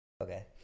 okay